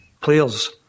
players